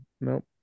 Nope